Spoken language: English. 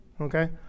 Okay